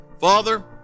Father